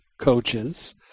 coaches